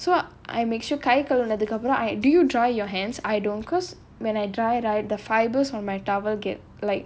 so I make sure கை கழுவுனதுக்கப்புறம்:kai kaluvunathukappuram I do you dry your hands I don't because when I dry right the fibers from my towel get like